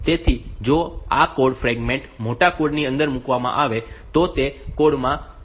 તેથી જો આ કોડ ફ્રેગમેન્ટ મોટા કોડ ની અંદર મૂકવામાં આવે તો તે કોડ માં થોડો વિલંબ કરશે